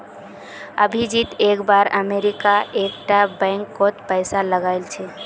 अभिजीत एक बार अमरीका एक टा बैंक कोत पैसा लगाइल छे